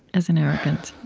as an arrogance?